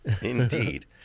Indeed